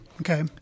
okay